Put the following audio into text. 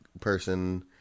person